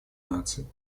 наций